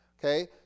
Okay